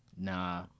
Nah